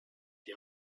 die